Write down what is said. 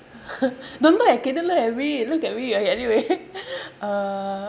don't look at kayden look at me look at me okay anyway uh